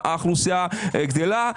האוכלוסייה גדלה,